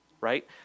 Right